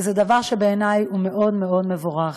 וזה דבר שבעיני הוא מאוד מאוד מבורך.